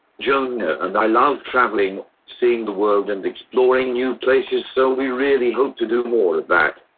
joanna and i love travelling, seeing the world and exploring new places, so we really hope to do more of that.